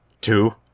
Two